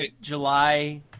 July